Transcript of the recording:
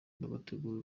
bagategura